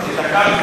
יפה.